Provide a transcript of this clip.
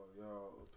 Y'all